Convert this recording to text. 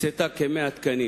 הקצתה כ-100 תקנים